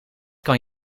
kan